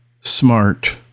smart